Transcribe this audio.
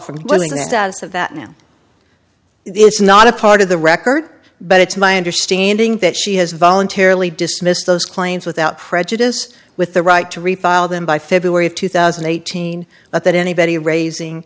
from pulling it out of that now it's not a part of the record but it's my understanding that she has voluntarily dismissed those claims without prejudice with the right to refile them by february of two thousand and eighteen but that anybody raising